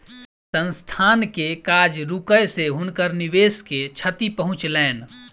संस्थान के काज रुकै से हुनकर निवेश के क्षति पहुँचलैन